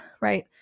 right